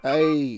Hey